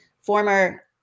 former